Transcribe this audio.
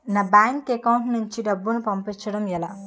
నా bank account నుంచి డబ్బును పంపించడం ఎలా?